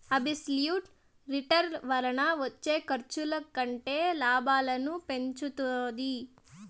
absolute return వలన వచ్చే ఖర్చుల కంటే లాభాలను పెంచుతాది